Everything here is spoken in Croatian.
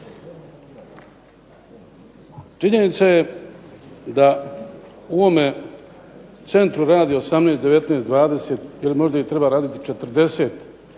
Činjenica je da u ovome centru radi 18,19,20 ili možda ih treba raditi 40,